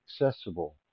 accessible